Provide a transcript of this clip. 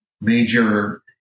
major